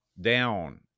down